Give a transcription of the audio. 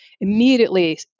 immediately